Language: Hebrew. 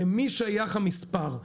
למי שייך המספר?